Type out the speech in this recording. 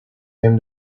came